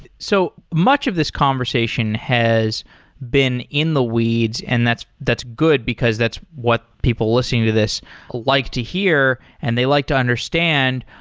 so much of this conversation has been in the weeds, and that's that's good, because that's what people listening to this like to hear, and they like to understand.